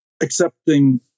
accepting